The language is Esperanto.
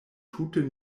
tute